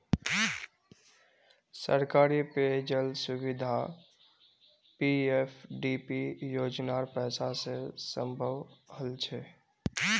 सरकारी पेय जल सुविधा पीएफडीपी योजनार पैसा स संभव हल छ